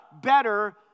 better